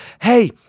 hey